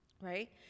Right